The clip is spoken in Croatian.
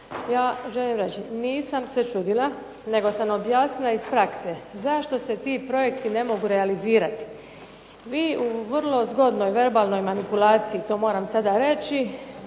Ja želim reći nisam se čudila nego sam objasnila iz prakse zašto se ti projekti ne mogu realizirati. Vi u vrlo zgodnoj verbalnoj manipulaciji, to moram sada reći